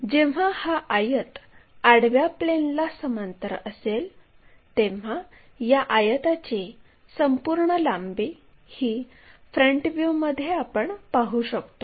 जेव्हा हा आयत आडव्या प्लेनला समांतर असेल तेव्हा या आयताची संपूर्ण लांबी ही फ्रंट व्ह्यूमध्ये आपण पाहू शकतो